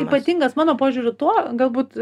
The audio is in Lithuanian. ypatingas mano požiūriu tuo galbūt